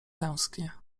tęsknie